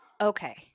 Okay